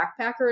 backpacker